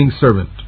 servant